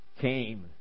came